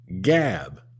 Gab